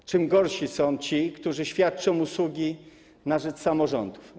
W czym gorsi są ci, którzy świadczą usługi na rzecz samorządów?